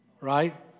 right